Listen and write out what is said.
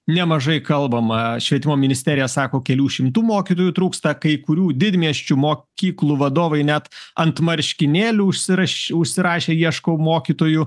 nemažai kalbama švietimo ministerija sako kelių šimtų mokytojų trūksta kai kurių didmiesčių mokyklų vadovai net ant marškinėlių užsiraš užsirašė ieškau mokytojų